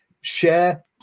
Share